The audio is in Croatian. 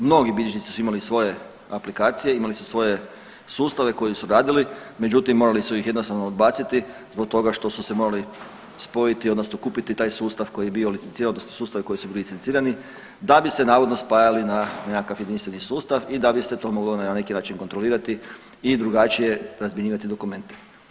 Mnogi bilježnici su imali svoje aplikacije, imali su svoje sustave koji su radili međutim morali su ih jednostavno odbaciti zbog toga što su se morali spojiti odnosno kupiti taj sustav koji je bio licenciran odnosno sustavi koji su bili licencirani da bi se navodno spajali na nekakav jedinstveni sustav i da bi se to moglo na neki način kontrolirati i drugačije razmjenjivati dokumente.